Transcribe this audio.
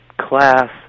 class